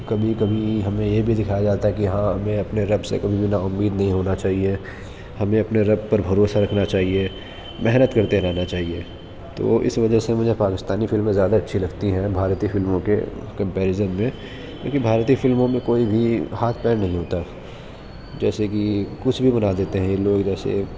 کبھی کبھی ہمیں یہ بھی دکھایا جاتا ہے کہ ہاں ہمیں اپنے رب سے کبھی بھی نا امید نہیں ہونا چاہیے ہمیں اپنے رب پر بھروسہ رکھنا چاہیے محنت کرتے رہنا چاہیے تو وہ اس وجہ سے مجھے پاکستانی فلمیں زیادہ اچھی لگتی ہیں بھارتی فلموں کے کمپیرزن میں کیوںکہ بھارتی فلموں میں کوئی بھی ہاتھ پیر نہیں ہوتا جیسے کہ کچھ بھی بنا دیتے ہیں یہ لوگ جیسے